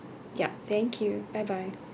yup thank you bye bye